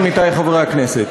עמיתי חברי הכנסת,